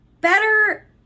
better